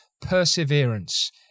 perseverance